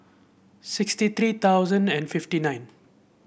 sixty three thousand and fifty nine